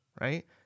right